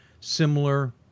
similar